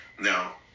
Now